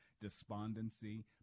despondency